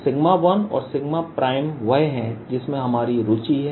तो 1 और 1वह हैं जिसमें हमारी रुचि है